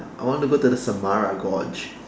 I want to go to the Samara gorge